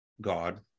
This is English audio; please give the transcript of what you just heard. God